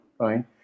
Right